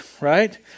right